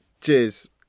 Cheers